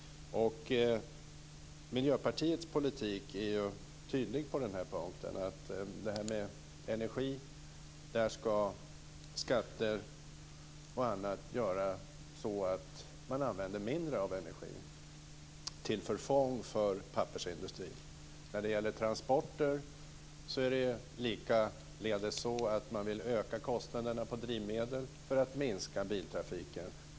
Miljöpartiets politik är tydlig på den här punkten, nämligen att när det gäller energi ska skatter och annat göra att man använder mindre av energi - till förfång för pappersindustrin. Likadant är det när det gäller transporter. Man vill öka kostnaderna på drivmedelssidan för att minska biltrafiken.